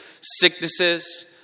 sicknesses